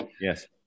Yes